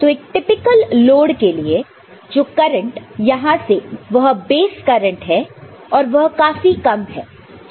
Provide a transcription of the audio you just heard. तो एक typical load के लिए जो करंट यहां है वह बेस करंट है और वह काफी कम है